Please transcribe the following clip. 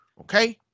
okay